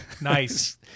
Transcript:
Nice